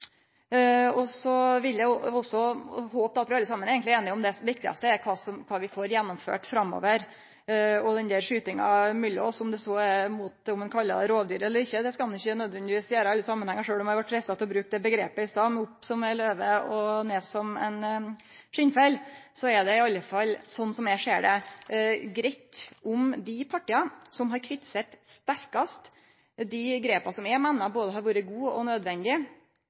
Eg håper vi alle saman er einige om at det viktigaste er kva vi får gjennomført framover. Og denne skytinga mellom oss – om ein no kallar dei rovdyr eller ikkje – skal ein ikkje nødvendigvis gjere i alle samanhengar. Sjølv om eg vart freista til å bruke det omgrepet i stad – med opp som ei løve og ned som ein skinnfell – er det i alle fall, slik eg ser det, greitt om dei partia som har kritisert sterkast dei grepa som eg meiner har vore både gode og nødvendige, no enten på den eine sida kan halde fram med den endringa i retorikk som har vore, og